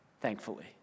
thankfully